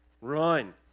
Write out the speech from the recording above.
Run